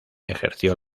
ejerció